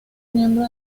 miembro